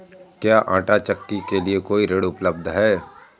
क्या आंटा चक्की के लिए कोई ऋण उपलब्ध है?